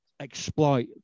exploit